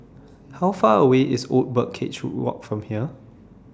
How Far away IS Old Birdcage Walk from here